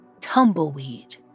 tumbleweed